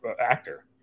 actor